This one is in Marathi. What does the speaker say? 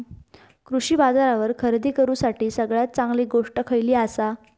कृषी बाजारावर खरेदी करूसाठी सगळ्यात चांगली गोष्ट खैयली आसा?